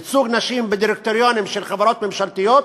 ייצוג נשים בדירקטוריונים של חברות ממשלתיות.